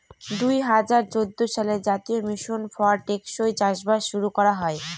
দুই হাজার চৌদ্দ সালে জাতীয় মিশন ফর টেকসই চাষবাস শুরু করা হয়